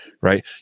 right